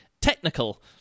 technical